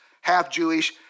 half-Jewish